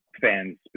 fans